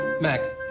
Mac